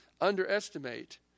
underestimate